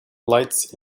lights